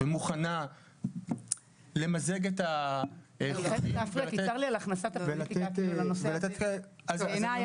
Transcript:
ומוכנה למזג את --- צר לי על הכנסת הפוליטיקה אל תוך הדיון בנושא הזה.